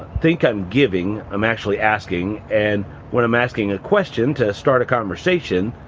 think i'm giving, i'm actually asking and when i'm asking a question to start a conversation,